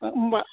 होमबा